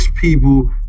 people